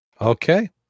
Okay